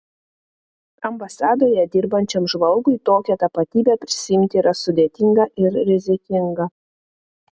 ambasadoje dirbančiam žvalgui tokią tapatybę prisiimti yra sudėtinga ir rizikinga